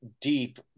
deep